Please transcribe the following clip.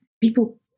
People